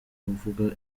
uvuga